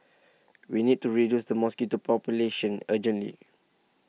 we need to reduce the mosquito population urgently